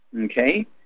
Okay